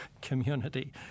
community